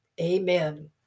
Amen